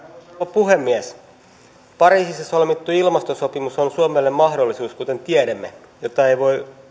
puhemies pariisissa solmittu ilmastosopimus on suomelle mahdollisuus kuten tiedämme jota ei voi